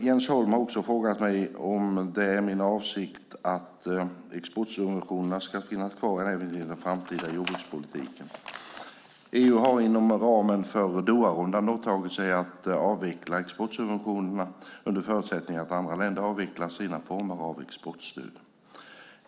Jens Holm har också frågat mig om det är min avsikt att exportsubventionerna ska finnas kvar även i den framtida jordbrukspolitiken. EU har inom ramen för Doharundan åtagit sig att avveckla exportsubventionerna under förutsättning att andra länder avvecklar sina former av exportstöd.